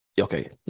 Okay